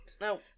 No